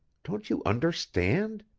don't you understand?